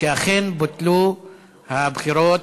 שאכן בוטלו הבחירות,